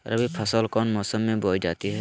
रबी फसल कौन मौसम में बोई जाती है?